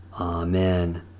Amen